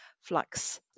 flux